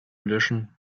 löschen